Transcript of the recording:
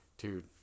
Dude